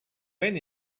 when